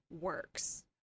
works